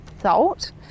salt